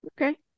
okay